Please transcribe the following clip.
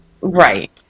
Right